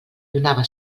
donava